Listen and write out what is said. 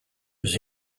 was